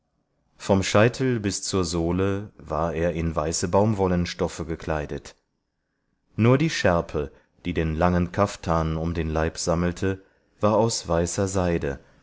vom scheitel bis zur sohle war er in weiße baumwollenstoffe gekleidet nur die schärpe die den langen kaftan um den leib sammelte war aus weißer seide